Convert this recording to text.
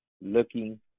looking